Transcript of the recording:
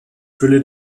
fülle